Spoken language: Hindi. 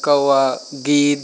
कौआ गिद्ध